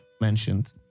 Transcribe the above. mentioned